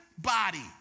body